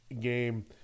game